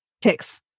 Ticks